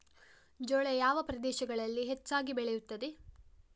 ಜೋಳ ಯಾವ ಪ್ರದೇಶಗಳಲ್ಲಿ ಹೆಚ್ಚಾಗಿ ಬೆಳೆಯುತ್ತದೆ?